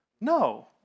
No